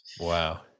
Wow